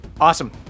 Awesome